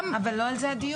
אבל לא על זה הדיון.